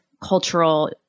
cultural